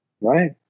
Right